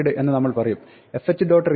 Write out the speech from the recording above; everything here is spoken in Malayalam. read എന്ന് നമ്മൾ പറയും fh